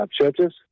churches